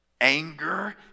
Anger